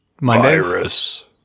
Virus